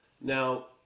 Now